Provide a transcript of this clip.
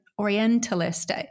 orientalist